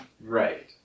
Right